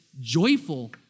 joyful